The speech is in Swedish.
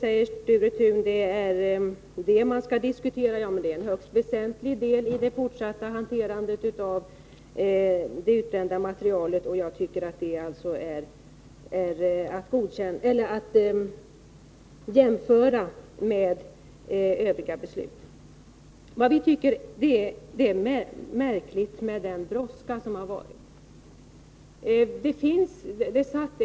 Det är villkoren för överskeppning som skall diskuteras, säger Sture Thun. Ja, det är en högst väsentlig del i det fortsatta hanterandet av det utbrända materialet, och det är — enligt min uppfattning — jämförligt med övriga villkor. Vi tycker att det är märkligt att det varit sådan brådska.